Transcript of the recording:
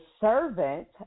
servant